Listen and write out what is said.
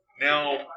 Now